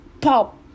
pop